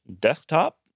desktop